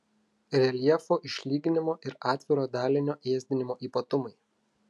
reljefo išlyginimo ir atviro dalinio ėsdinimo ypatumai